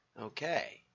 Okay